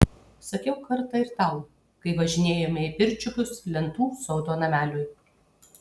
sakiau kartą ir tau kai važinėjome į pirčiupius lentų sodo nameliui